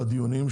בדיונים,